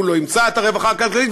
הוא לא ימצא את הרווחה הכלכלית,